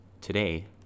today